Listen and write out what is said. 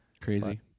Crazy